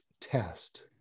test